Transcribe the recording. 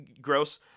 Gross